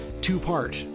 two-part